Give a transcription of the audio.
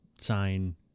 sign